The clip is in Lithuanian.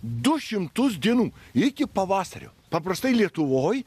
du šimtus dienų iki pavasario paprastai lietuvoj